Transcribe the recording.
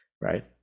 right